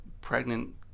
pregnant